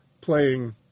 Playing